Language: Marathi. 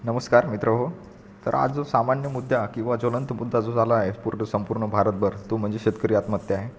नमस्कार मित्रहो तर आज सामान्य मुद्दा की किंवा ज्वलंत मुद्दा जो झाला आहे पूर्ण संपूर्ण भारतभर तो म्हणजे शेतकरी आत्महत्या आहे